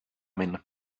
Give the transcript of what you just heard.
minna